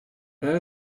that